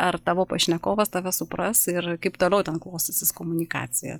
ar tavo pašnekovas tave supras ir kaip toliau ten klostysis komunikacija